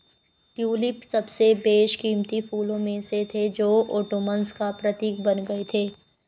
tulip सबसे बेशकीमती फूलों में से थे जो ओटोमन्स का प्रतीक बन गए थे